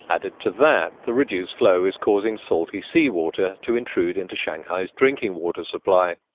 added to that, the reduced flow is causing salty seawater to intrude into shanghai's drinking water supply.